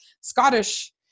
scottish